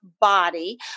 body